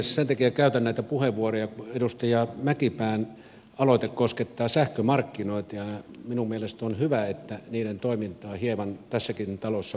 sen takia käytän näitä puheenvuoroja että edustaja mäkipään aloite koskettaa sähkömarkkinoita ja minun mielestäni on hyvä että niiden toimintaa hieman tässäkin talossa pohditaan